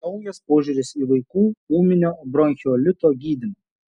naujas požiūris į vaikų ūminio bronchiolito gydymą